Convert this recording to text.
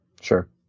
Sure